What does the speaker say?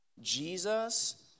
Jesus